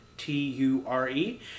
T-U-R-E